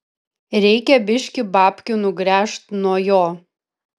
reikia biškį babkių nugręžt nuo jo